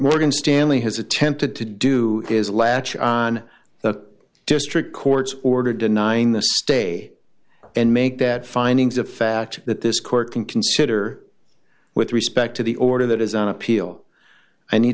morgan stanley has attempted to do is latch on the district court's order denying the stay and make that findings of fact that this court can consider with respect to the order that is on appeal i need